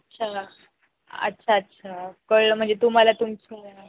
अच्छा अच्छा अच्छा कळल म्हणजे तुम्हाला तुमच